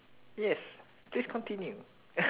yes please continue